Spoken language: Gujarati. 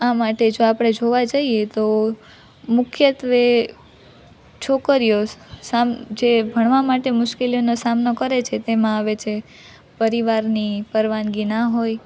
આ માટે જો આપણે જોવા જઈએ તો મુખ્યત્ત્વે છોકરીઓ જે ભણવા માટે મુશ્કેલીઓનો સામનો કરે છે તેમાં આવે છે પરિવારની પરવાનગી ના હોય